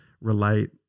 relate